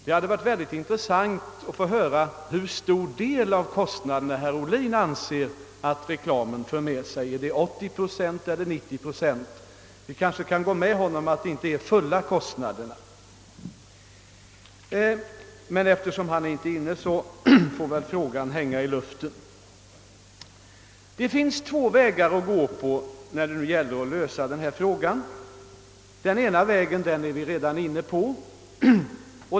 Det hade varit mycket intressant att få höra hur stor del av reklamkostnaderna herr Ohlin anser att allmänheten skulle få betala. Är det 80 eller 90 procent? Vi kan hålla med honom om att det inte är fulla kostnaden. Men eftersom han inte befinner sig i kammaren, kanske den frågan får hänga i luften. Det finns två vägar att gå när det gäller att lösa det problem vi nu behandlar. Den ena vägen är vi redan inne på.